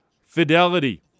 Fidelity